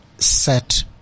Set